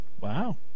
wow